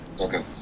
Okay